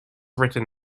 written